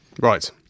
Right